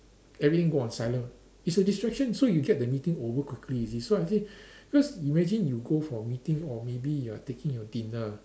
everything go on silent it's a distraction so you get the meeting over quickly you see so I think cause imagine you go for meeting or maybe you are taking your dinner